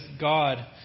God